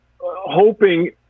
hoping